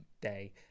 day